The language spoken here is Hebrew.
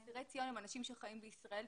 אסירי ציון הם אנשים שחיים בישראל,